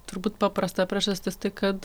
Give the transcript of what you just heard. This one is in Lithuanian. turbūt paprasta priežastis tai kad